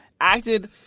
acted